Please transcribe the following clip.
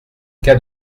cas